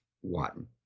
one